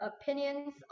opinions